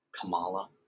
Kamala